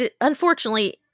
unfortunately